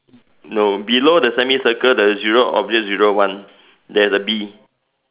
no below the semicircle the zero oblique zero [one] there's a B